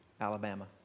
Alabama